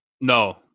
No